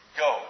go